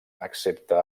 excepte